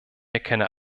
erkenne